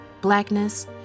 Blackness